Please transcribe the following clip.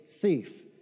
thief